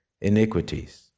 iniquities